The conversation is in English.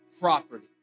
property